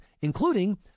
including